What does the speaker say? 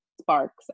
sparks